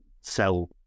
sell